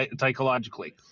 psychologically